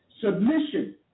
submission